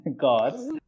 gods